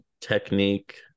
technique